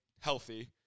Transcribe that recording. healthy